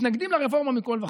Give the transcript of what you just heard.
מתנגדים לרפורמה מכול וכול.